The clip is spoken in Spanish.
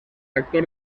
actor